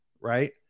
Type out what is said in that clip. right